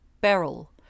beryl